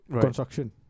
construction